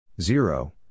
Zero